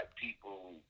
people